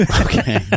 Okay